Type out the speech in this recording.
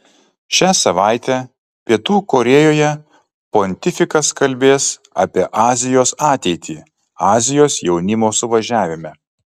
šią savaitę pietų korėjoje pontifikas kalbės apie azijos ateitį azijos jaunimo suvažiavime